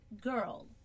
Girl